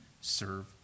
serve